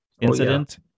incident